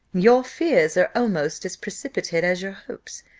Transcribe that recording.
your fears are almost as precipitate as your hopes,